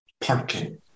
parking